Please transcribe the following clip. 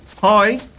Hi